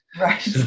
Right